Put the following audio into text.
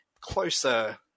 closer